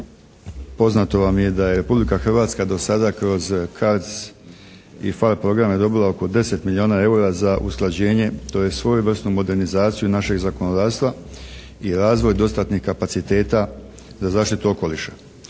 Poznato vam je da je Republika Hrvatska do sada kroz CARDS i PHARE programe dobila oko 10 milijuna EUR-a za usklađenje tj. svojevrsnu modernizaciju našeg zakonodavstva i razvoj dostatnih kapaciteta za zaštitu okoliša.